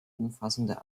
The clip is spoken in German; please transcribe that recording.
umfassende